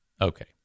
Okay